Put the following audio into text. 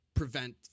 prevent